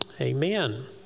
amen